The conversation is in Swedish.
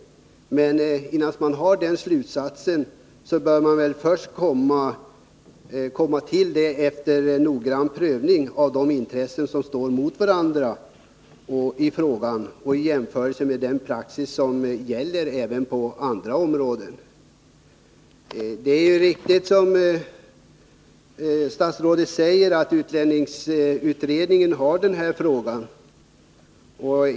Men innan man kommer till den slutsatsen bör man först göra en noggrann prövning av de intressen som här står emot varandra. Man bör vidare jämföra med den praxis som gäller på andra områden. Det är riktigt som statsrådet säger att utlänningslagkommittén har den här frågan under arbete.